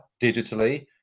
digitally